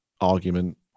argument